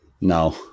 no